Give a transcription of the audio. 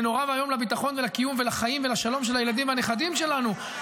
זה נורא ואיום לביטחון ולקיום ולחיים ולשלום של הילדים והנכדים שלנו,